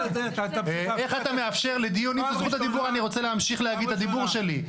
אני קורא לך